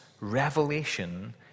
revelation